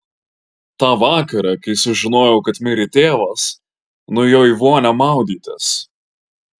tą vakarą kai sužinojau kad mirė tėvas nuėjau į vonią maudytis